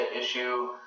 issue